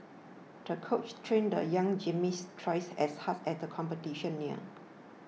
the coach trained the young gymnast twice as has as the competition neared